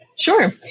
Sure